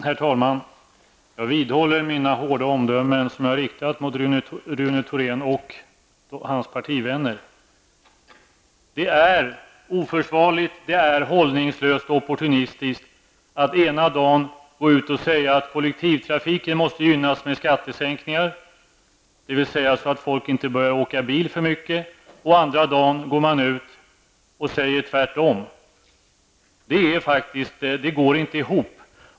Herr talman! Jag vidhåller de hårda omdömen som jag har fällt om Rune Thorén och hans partivänner. Det är oförsvarligt, hållningslöst och opportunistiskt att ena dagen gå ut och säga att kollektivtrafiken måste gynnas med skattesänkningar -- så att folk inte börjar åka bil för mycket -- och den andra dagen gå ut och säga tvärtom. Det går inte ihop.